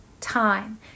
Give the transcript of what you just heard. time